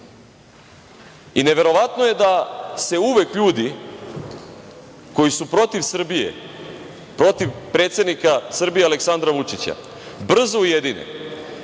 i neverovatno je da se uvek ljudi koji su protiv Srbije, protiv predsednika Srbije Aleksandra Vučića brzo ujedine